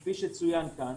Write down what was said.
כפי שצוין כאן,